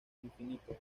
infinito